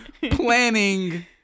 planning